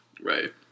Right